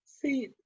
See